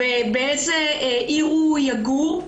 באיזו עיר הוא יגור.